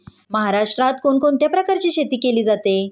महाराष्ट्रात कोण कोणत्या प्रकारची शेती केली जाते?